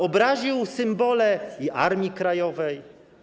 Obraził symbole Armii Krajowej.